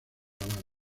habana